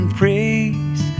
praise